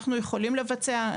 אנחנו יכולים לבצע,